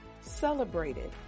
celebrated